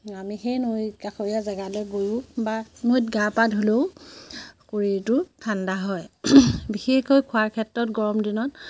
আমি সেই নৈ কাষৰীয়া জেগালৈ গৈও বা নৈত গা পা ধুলেও শৰীৰটো ঠাণ্ডা হয় বিশেষকৈ খোৱাৰ ক্ষেত্ৰত গৰম দিনত